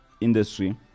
industry